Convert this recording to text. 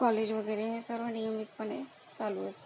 college वगैरे सर्व नियमितपणे चालू असतं